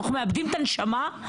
אנחנו מאבדים את הנשמה,